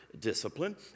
discipline